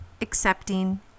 accepting